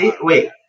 Wait